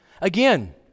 Again